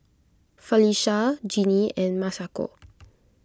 Felisha Jeanie and Masako